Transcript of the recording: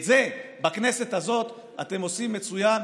את זה בכנסת הזאת אתם עושים מצוין,